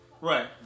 Right